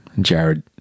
Jared